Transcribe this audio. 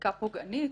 וחקיקה פוגענית